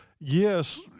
yes